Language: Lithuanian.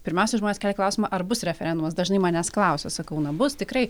pirmiausia žmonės kelia klausimą ar bus referendumas dažnai manęs klausia sakau na bus tikrai